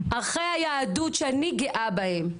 אחרי היהדות שאני גאה בהם,